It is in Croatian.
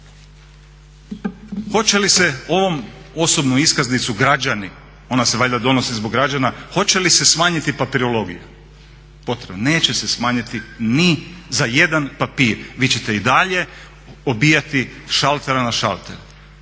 Hoće li se ovom osobnom iskaznicom građani, ona se valjda donosi zbog građana hoće li se smanjiti papirologija potrebna? Neće se smanjiti ni za jedan papir, vi ćete i dalje obijati šalter na šalter.